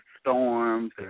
storms